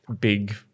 big